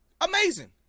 amazing